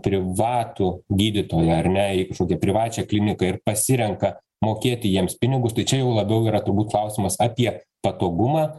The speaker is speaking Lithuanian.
privatų gydytoją ar ne į kažkokią privačią kliniką ir pasirenka mokėti jiems pinigus tai čia jau labiau yra turbūt klausimas apie patogumą